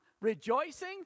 rejoicing